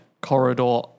corridor